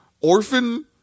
orphan